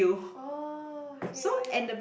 oh okay